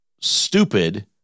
stupid